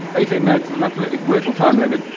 eighteen minutes is an absolutely brutal time limit.